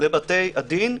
לבתי הדין.